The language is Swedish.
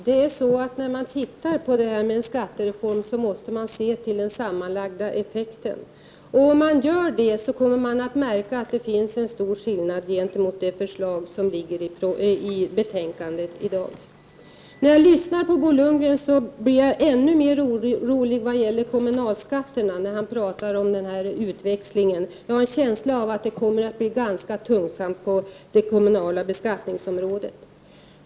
Herr talman! När man beaktar en skattereform måste man se till den sammanlagda effekten. Om man gör det, kommer man att märka att det finns en stor skillnad jämfört med förslaget i det aktuella betänkandet i dag. När jag lyssnar på Bo Lundgren blir jag ännu mer orolig vad gäller kommunalskatterna och den utväxling som han talar om. Jag har en känsla av att det kommer att bli ganska tungt på det kommunala beskattningsområdet.